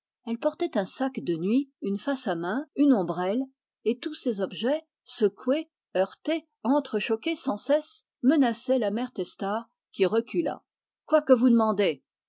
elle portait un sac de nuit un face à main une ombrelle et tous ces objets secoués heurtés entrechoqués sans cesse menaçaient la mère testard qui recula quoi que vous demandez